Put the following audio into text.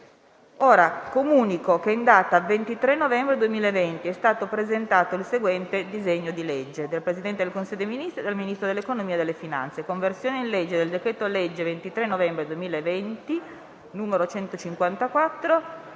Comunico che in data 23 novembre 2020 è stato presentato il seguente disegno di legge: *dal Presidente del Consiglio dei ministri e dal Ministro dell'economia e delle finanze:* «Conversione in legge del decreto-legge 23 novembre 2020, n. 154,